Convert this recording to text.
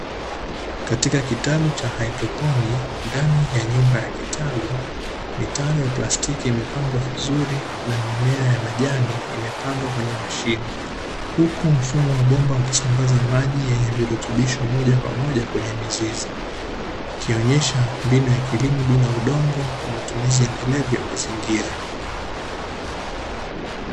Katika kitalu cha haidroponi ndani ya nyumba ya kitalu ,mitaro ya plastiki imepangwa vizuri na mimea ya majani imepandwa kwenye mashimo, huku mfumo wa bomba ukisambaza maji yenye virutubisho moja kwa moja kwenye mizizi ikionesha mbinu ya kilimo bila udongo kwa matumizi endelevu ya mazingira.